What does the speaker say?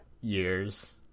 years